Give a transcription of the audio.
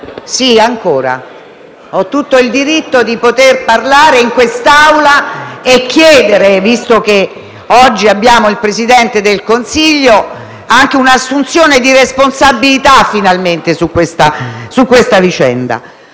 Sì, ancora. Ho tutto il diritto di parlare in quest'Aula e di chiedere, visto che oggi abbiamo il Presidente del Consiglio, un'assunzione di responsabilità, finalmente, su questa vicenda.